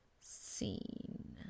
seen